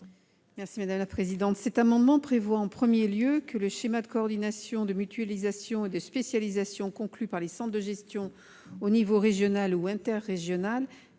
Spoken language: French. les auteurs de cet amendement proposent que le schéma de coordination, de mutualisation et de spécialisation conclu par les centres de gestion au niveau régional ou interrégional